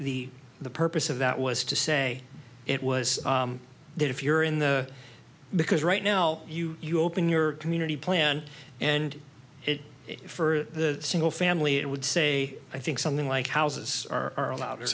the purpose of that was to say it was that if you're in the because right now you you open your community plan and it is for the single family it would say i think something like houses are allowed